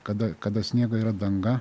kada kada sniego yra danga